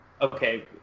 Okay